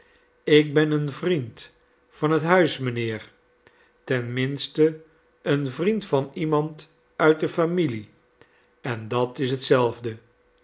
ik ben een vriend van het huis mijnheer ten minste een vriend van iemand uit de familie en dat is hetzelfde